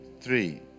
three